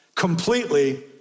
completely